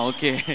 Okay